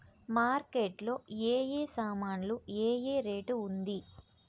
Market లో ఏ ఏ సామాన్లు ఏ ఏ రేటు ఉంది?